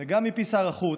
וגם מפי שר החוץ,